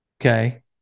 Okay